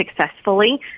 successfully